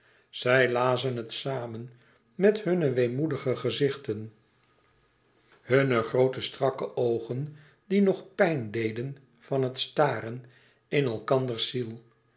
zij lazen het samen met hunne weemoedige gezichten hunne groote strakke oogen die nog pijn deden van het staren in elkanders ziel